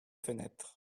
fenêtre